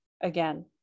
again